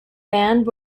band